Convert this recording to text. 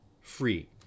Free